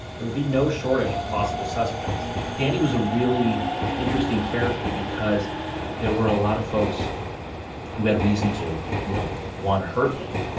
there would be no shortage of plausible suspects danny was a really interesting character because there were a lot of folks who had reason to you know want to hurt him.